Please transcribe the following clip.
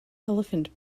elephant